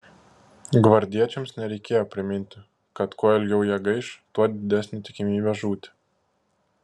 gvardiečiams nereikėjo priminti kad kuo ilgiau jie gaiš tuo didesnė tikimybė žūti